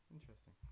interesting